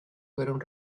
fueron